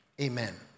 Amen